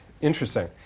Interesting